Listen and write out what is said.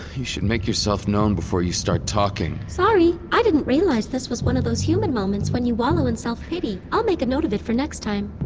you should make yourself known before you start talking sorry. i didn't realize this was one of those human moments when you wallow in self pity. i'll make a note of it for next time